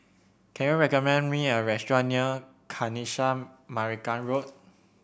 can you recommend me a restaurant near Kanisha Marican Road